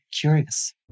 curious